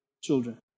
children